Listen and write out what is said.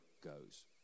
goes